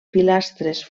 pilastres